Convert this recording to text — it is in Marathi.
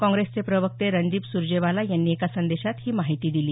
काँग्रेसचे प्रवक्ते रणदीप सुरजेवाला यांनी एका संदेशात ही माहिती दिली